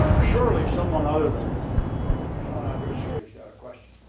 surely someone other than sean andrussier.